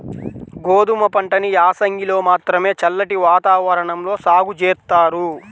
గోధుమ పంటని యాసంగిలో మాత్రమే చల్లటి వాతావరణంలో సాగు జేత్తారు